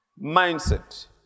mindset